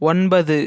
ஒன்பது